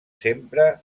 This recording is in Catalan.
sempre